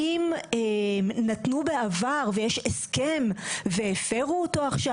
האם נתנו בעבר, ויש הסכם, והפרו אותו עכשיו?